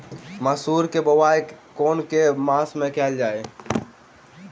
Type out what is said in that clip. मसूर केँ बोवाई केँ के मास मे कैल जाए?